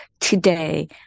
today